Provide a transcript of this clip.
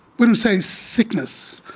wouldn't say sickness.